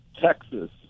Texas